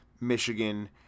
Michigan